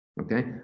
okay